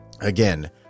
Again